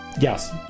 Yes